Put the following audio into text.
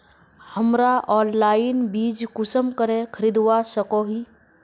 हमरा ऑनलाइन बीज कुंसम करे खरीदवा सको ही?